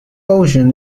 ocean